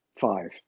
five